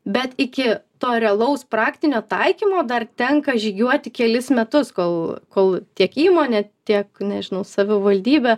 bet iki to realaus praktinio taikymo dar tenka žygiuoti kelis metus kol kol tiek įmonė tiek nežinau savivaldybė